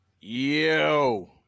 Yo